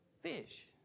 fish